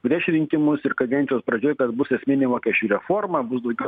prieš rinkimus ir kadencijos pradžioj kad bus esminė mokesčių reforma bus daugiau